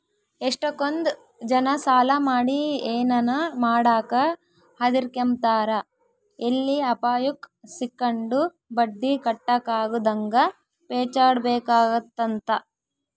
ಎಷ್ಟಕೊಂದ್ ಜನ ಸಾಲ ಮಾಡಿ ಏನನ ಮಾಡಾಕ ಹದಿರ್ಕೆಂಬ್ತಾರ ಎಲ್ಲಿ ಅಪಾಯುಕ್ ಸಿಕ್ಕಂಡು ಬಟ್ಟಿ ಕಟ್ಟಕಾಗುದಂಗ ಪೇಚಾಡ್ಬೇಕಾತ್ತಂತ